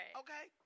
okay